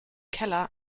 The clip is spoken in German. keller